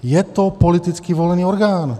Je to politicky volený orgán.